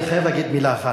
אני חייב להגיד מלה אחת.